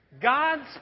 God's